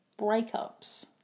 breakups